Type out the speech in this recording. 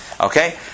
Okay